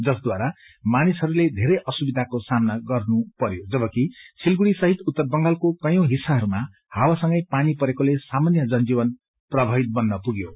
जसद्वारा मानिसहरूले धेरै असुविधाको सामना गर्नुपरयो जबकि सिलगड़ी सहित उत्तर बंगालको कंयौ हिस्साहरूमा हावासंगै पानी परेकोले सामान्य जनजीवन प्रभावित बन्न पुग्यो